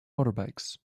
motorbikes